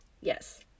Yes